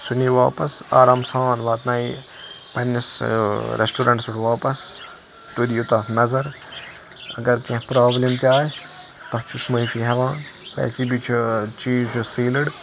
سُہ نی واپس آرام سان واتنایہِ پَننِس ریٚسٹورنٹَس پٮ۪ٹھ واپس تُہۍ دِیِو تَتھ نَظر اگر کینٛہہ پرابلم تہِ آسہِ تَتھ چھُس معافی ہیٚوان کیازکہ یہِ چھُ چیٖز چھُ سیٖلڈ